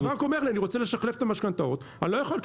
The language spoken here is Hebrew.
והבנק אומר לי אני רוצה לשחלף את המשכנתאות ואני לא יכול,